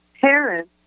parents